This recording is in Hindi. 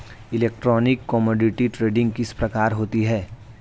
इलेक्ट्रॉनिक कोमोडिटी ट्रेडिंग किस प्रकार होती है?